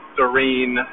serene